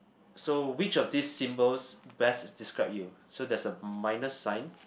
so which of these symbols best describe you so there's a minus sign